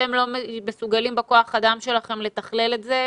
אתם לא מסוגלים בכוח האדם שלכם לתכלל את זה?